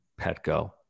Petco